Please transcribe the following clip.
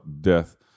death